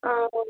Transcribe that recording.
हाँ बोलो